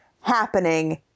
happening